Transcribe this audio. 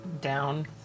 down